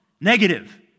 negative